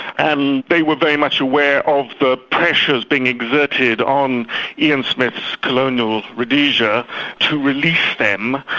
and they were very much aware of the pressures being exerted on ian smith's colonial rhodesia to release them,